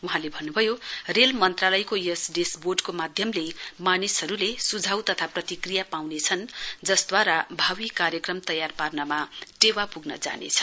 वहाँले भन्नुभयो रेल मन्त्रालयको यस डेसवोर्डको माध्यमले मानिसहरुले सुझाउ तथा प्रतिक्रिया पाउनेछन् जसद्वारा भावी कार्यक्रम तयार पार्नमा टेवा पुग्न जानेछ